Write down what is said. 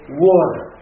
water